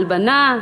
הלבּנה,